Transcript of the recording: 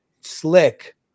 slick